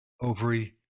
ovary